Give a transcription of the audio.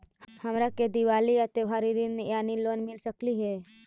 हमरा के दिवाली ला त्योहारी ऋण यानी लोन मिल सकली हे?